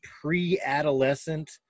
pre-adolescent